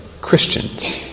Christians